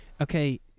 okay